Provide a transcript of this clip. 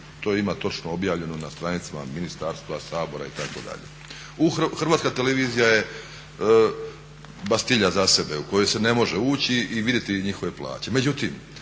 To ima točno objavljeno na stranicama ministarstva, Sabora itd. HRT je bastilja za sebe u koju se ne može ući i vidjeti njihove plaće,